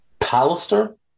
Pallister